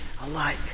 alike